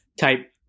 type